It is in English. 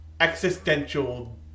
existential